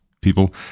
people